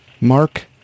Mark